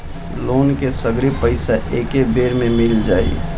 Loan के सगरी पइसा एके बेर में मिल जाई?